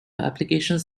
applications